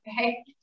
okay